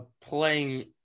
playing